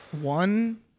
One